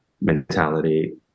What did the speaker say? mentality